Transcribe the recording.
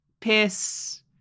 piss